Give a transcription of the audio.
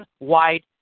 nationwide